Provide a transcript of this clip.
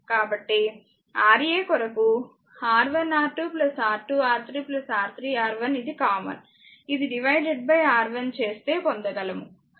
కాబట్టి R a కొరకు R1R2 R2R3 R3R1 ఇది కామన్ ఇది R1 చేస్తే పొందగలము